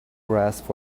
grasp